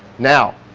now